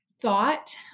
thought